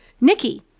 Nikki